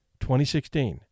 2016